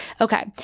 Okay